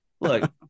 look